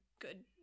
good